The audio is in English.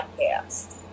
podcast